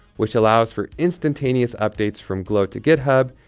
which allows for instantaneous updates from glo to github,